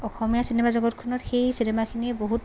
অসমীয়া cinema জগতখনত সেই চিনেমাখিনিয়ে বহুত